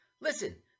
Listen